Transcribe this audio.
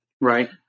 Right